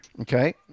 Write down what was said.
Okay